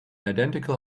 identical